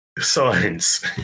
science